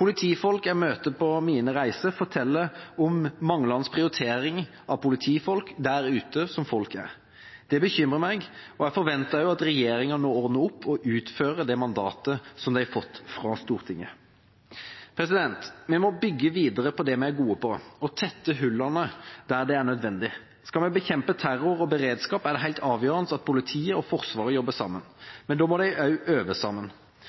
Politifolk jeg møter på mine reiser, forteller om manglende prioritering av politifolk der ute hvor folk er. Det bekymrer meg, og jeg forventer at regjeringa nå ordner opp og utfører det mandatet som de har fått fra Stortinget. Vi må bygge videre på det vi er gode på, og tette hullene der det er nødvendig. Skal vi bekjempe terror og ha beredskap, er det helt avgjørende at politiet og Forsvaret jobber sammen. Men da må de også øve sammen.